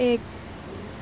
এক